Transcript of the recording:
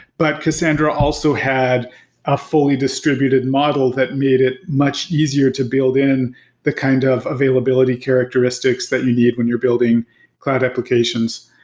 but cassandra also had a fully distributed model that made it much easier to build in the kind of availability characteristics that you need when you're building cloud applications.